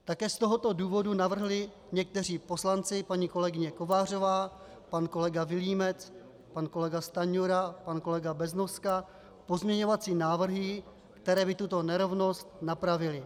Také z tohoto důvodu navrhli někteří poslanci, paní kolegyně Kovářová, pan kolega Vilímec, pan kolega Stanjura, pan kolega Beznoska, pozměňovací návrhy, které by tuto nerovnost napravily.